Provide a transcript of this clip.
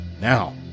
now